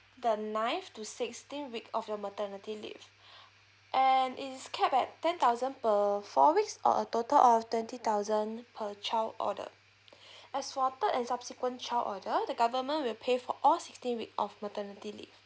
the ninth to sixteenth week of your maternity leave and is capped at ten thousand per four weeks or a total of twenty thousand per child order as for a third and subsequent child order the government will pay for all sixteen week of maternity leave